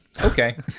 Okay